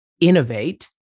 innovate